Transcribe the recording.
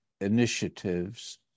initiatives